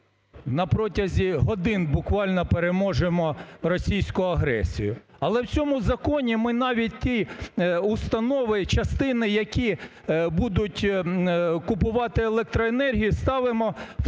на протязі годин буквально переможемо російську агресію. Але в цьому законі ми навіть ті установи, частини, які будуть купувати електроенергію ставимо в